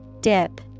Dip